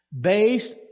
based